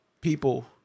people